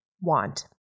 want